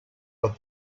but